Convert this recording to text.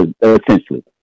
essentially